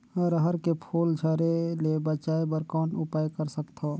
अरहर के फूल झरे ले बचाय बर कौन उपाय कर सकथव?